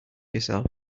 yourself